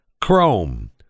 Chrome